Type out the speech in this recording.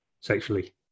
sexually